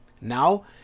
Now